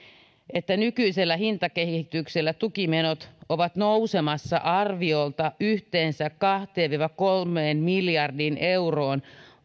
nykyisellä hintakehityksellä tukimenot ovat nousemassa arviolta yhteensä kahteen viiva kolmeen miljardiin euroon